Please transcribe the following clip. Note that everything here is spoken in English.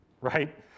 right